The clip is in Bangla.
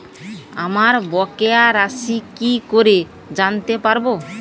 আমার বকেয়া রাশি কি করে জানতে পারবো?